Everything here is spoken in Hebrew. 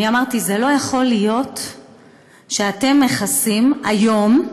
אני אמרתי, זה לא יכול להיות שאתם מכסים היום,